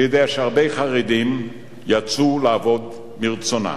אני יודע שהרבה חרדים יצאו לעבוד מרצונם.